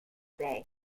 bay